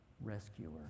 rescuer